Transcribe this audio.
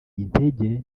integer